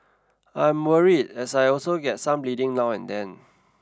I am worried as I also get some bleeding now and then